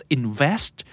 invest